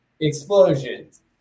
explosions